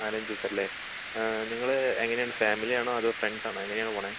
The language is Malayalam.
നാലഞ്ച് ദിവസം അല്ലേ നിങ്ങൾ എങ്ങനെയാണ് ഫാമിലി ആണോ ഫ്രണ്ട്സാണോ എങ്ങനെയാണ് പോണത്